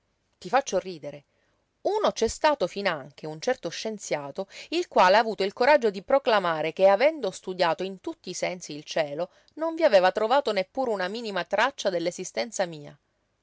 ti faccio ridere uno c'è stato finanche un certo scienziato il quale ha avuto il coraggio di proclamare che avendo studiato in tutti i sensi il cielo non vi aveva trovato neppur una minima traccia dell'esistenza mia